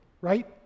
right